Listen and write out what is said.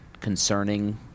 concerning